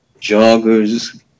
joggers